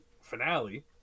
finale